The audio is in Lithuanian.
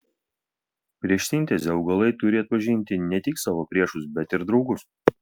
prieš sintezę augalai turi atpažinti ne tik savo priešus bet ir draugus